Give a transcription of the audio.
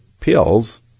pills